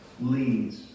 leads